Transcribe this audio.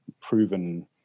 proven